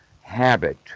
habit